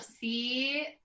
see